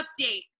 update